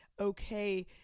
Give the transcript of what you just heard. okay